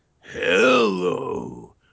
Hello